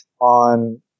on